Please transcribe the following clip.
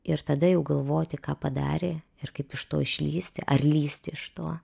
ir tada jau galvoti ką padarė ir kaip iš to išlįsti ar lįsti iš to